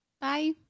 Bye